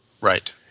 Right